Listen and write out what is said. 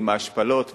עם ההשפלות,